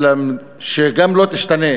שגם לא תשתנה